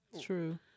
True